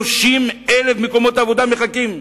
30,000 מקומות עבודה מחכים.